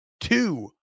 two